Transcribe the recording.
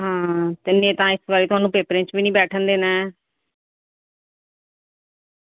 ते नेईं तां इस बारी तुसेंगी पेपर बी निं देना ऐ